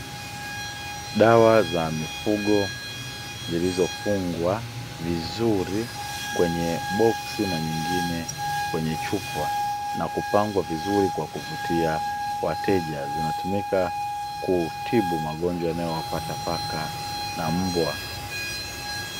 Dawa za mifugo zilizofungwa vizuri kwenye boksi na nyingine kwenye chupa na kupangwa vizuri kwa kuvutia wateja. Zinatumika kutibu magonjwa yanayowapata paka na mbwa.